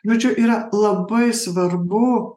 nu čia yra labai svarbu